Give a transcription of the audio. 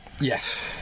yes